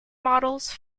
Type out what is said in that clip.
models